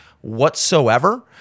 whatsoever